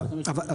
אבל,